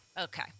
Okay